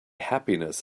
happiness